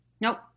Nope